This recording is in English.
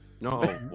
No